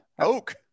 Oak